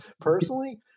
personally